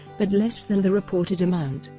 but less than the reported amount,